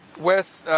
wes,